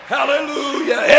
Hallelujah